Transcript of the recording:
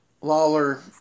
Lawler